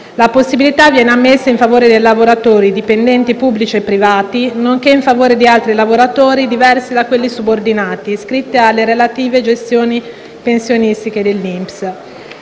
La possibilità viene ammessa in favore dei lavoratori dipendenti, pubblici e privati, nonché in favore degli altri lavoratori, diversi da quelli subordinati, iscritti alle relative gestioni pensionistiche dell'INPS.